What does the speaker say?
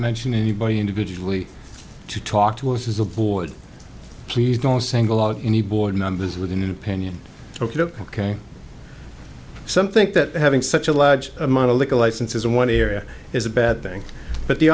mention anybody individually to talk to us as a board please don't single out any board members with an opinion ok ok some think that having such a large amount of liquor licenses in one area is a bad thing but the